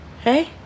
Hey